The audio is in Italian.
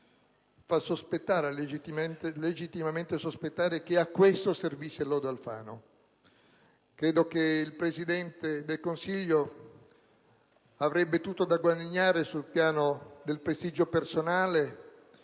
di Milano fa legittimamente sospettare che proprio a questo servisse il lodo Alfano. Credo che il Presidente del Consiglio avrebbe tutto da guadagnare sul piano del prestigio personale